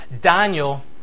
Daniel